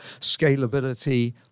scalability